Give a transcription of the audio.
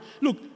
Look